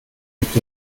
gibt